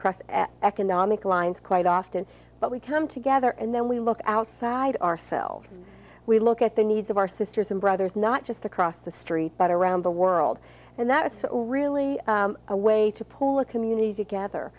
across economic lines quite often but we come together and then we look outside ourselves we look at the needs of our sisters and brothers not just across the street but around the world and that is really a way to pull a community together